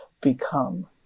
become